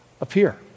appear